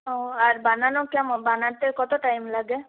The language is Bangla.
ও আর বানানো কেমন বানাতে কত টাইম লাগে